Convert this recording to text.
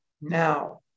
now